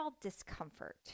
discomfort